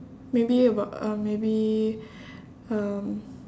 maybe about uh maybe um